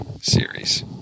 series